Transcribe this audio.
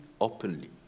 openly